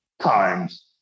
times